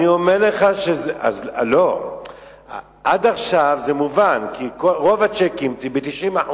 אז, עד עכשיו זה מובן, כי רוב הצ'קים, ב-90%,